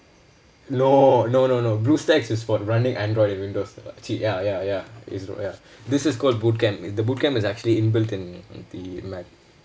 no no no no bluestacks is for running android and windows actually ya ya ya is ya this is called boot camp the boot camp is actually inbuilt in the mac